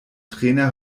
trainer